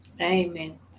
Amen